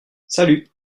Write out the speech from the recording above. salut